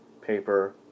paper